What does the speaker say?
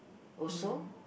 also